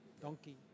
Donkey